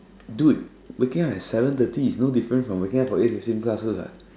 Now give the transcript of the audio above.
dude waking up at seven thirty is no different from waking up for eight fifteen classes what